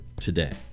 today